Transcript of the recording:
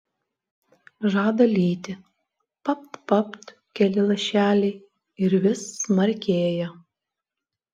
žada lyti papt papt keli lašeliai ir vis smarkėja